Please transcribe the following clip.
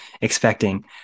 expecting